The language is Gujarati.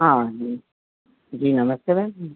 હા જી નમસ્તે મેમ